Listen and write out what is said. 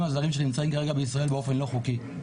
הזרים שנמצאים כרגע בישראל באופן לא חוקי.